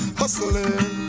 hustling